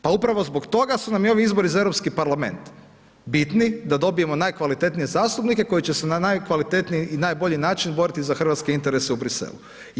Pa upravo zbog toga su nam i ovi izbori za Europski parlament bitni, da dobijemo najkvalitetnije zastupnike, koji će se na najkvalitetniji i najbolji način boriti za hrvatske interese u Briselu.